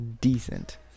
Decent